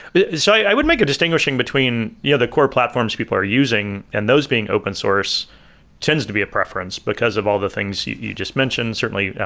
but so i would make a distinguishing between the other core platforms people are using and those being open source tends to be a preference, because of all the things you you just mentioned certainly,